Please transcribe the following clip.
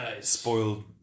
spoiled